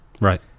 right